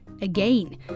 again